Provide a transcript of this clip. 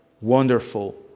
wonderful